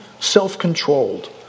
self-controlled